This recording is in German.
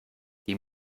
die